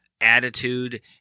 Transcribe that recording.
attitude